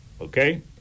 Okay